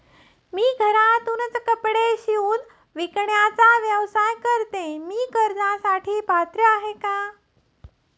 मी घरातूनच कपडे शिवून विकण्याचा व्यवसाय करते, मी कर्जासाठी पात्र आहे का?